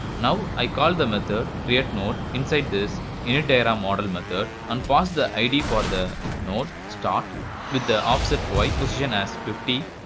now i call the method. create node inside this initdiagrammodel method and pass the id for the node start with the offsety like position as fifty.